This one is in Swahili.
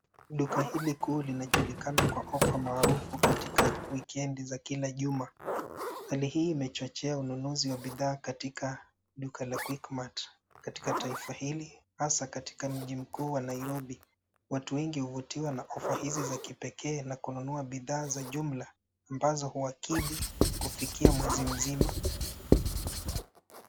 Duka hili limejulikana kwa ofa maarufu wakati wa wikendi za kila juma. Hali hii imechangia ongezeko la wanunuzi wa bidhaa katika duka la Quickmart, nchini humu, hasa katika mji mkuu wa Nairobi. Watu wengi huvutiwa na ofa hizi za kipekee na kununua bidhaa kwa jumla, ambazo huwasaidia kukidhi mahitaji yao kwa mwezi mzima.